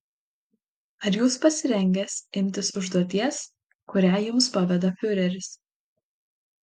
ar jūs pasirengęs imtis užduoties kurią jums paveda fiureris